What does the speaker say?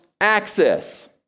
access